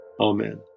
Amen